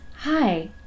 Hi